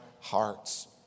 hearts